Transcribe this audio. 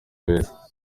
wese